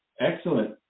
Excellent